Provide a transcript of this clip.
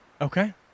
Okay